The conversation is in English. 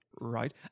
Right